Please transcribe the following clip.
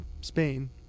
Spain